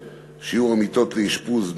שיעור נמוך של המיטות לאשפוז,